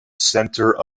centre